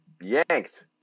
yanked